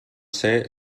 ser